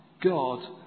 God